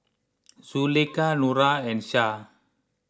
Zulaikha Nura and Shah